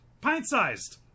Pint-sized